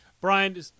Brian